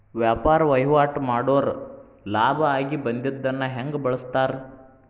ವ್ಯಾಪಾರ್ ವಹಿವಾಟ್ ಮಾಡೋರ್ ಲಾಭ ಆಗಿ ಬಂದಿದ್ದನ್ನ ಹೆಂಗ್ ಬಳಸ್ತಾರ